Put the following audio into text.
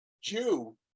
jew